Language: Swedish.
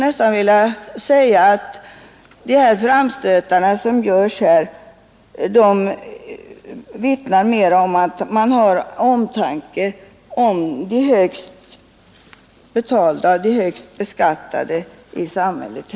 Sådana framstötar vittnar mera om att man har mest omtanke om de högst betalda och de högst beskattade i samhället.